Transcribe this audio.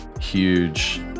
huge